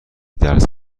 درس